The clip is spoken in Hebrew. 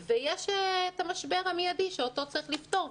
ויש את המשבר המיידי שאותו צריך לפתור,